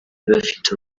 bafite